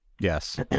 Yes